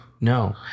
no